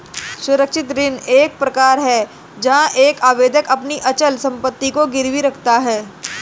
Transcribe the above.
सुरक्षित ऋण एक प्रकार है जहां एक आवेदक अपनी अचल संपत्ति को गिरवी रखता है